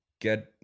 get